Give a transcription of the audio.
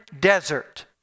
desert